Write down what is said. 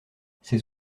ces